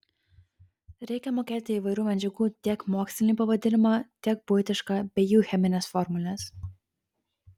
reikia mokėti įvairių medžiagų tiek mokslinį pavadinimą tiek buitišką bei jų chemines formules